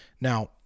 Now